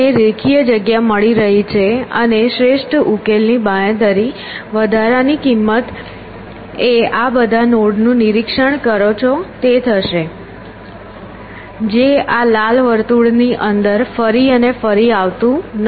આપણને રેખીય જગ્યા મળી રહી છે અને શ્રેષ્ઠ ઉકેલની બાંયધરી વધારાની કિંમત એ આ બધા નોડ નું નિરીક્ષણ કરો છો તે થશે જે આ લાલ વર્તુળની અંદર ફરી અને ફરી આવતું નથી